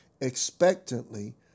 expectantly